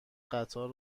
قطار